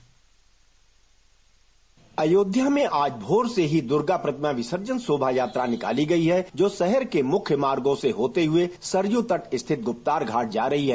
dispatch Ayodhya में आज भारे से ही दूर्गा प्रतिमा विसर्जन शोभा यात्रा निकाली गयी है जो शहर के मुख्य मार्गो से होते हुए सरय तट स्थित गुप्तार घोट जा रही है